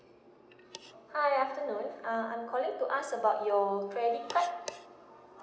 hi afternoon uh I'm calling to ask about your credit card